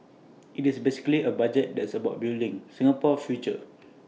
IT is basically A budget that's about building Singapore's future